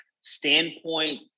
standpoint